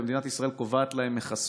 ומדינת ישראל קובעת להם מכסות.